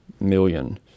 million